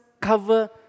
cover